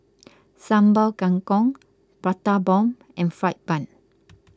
Sambal Kangkong Prata Bomb and Fried Bun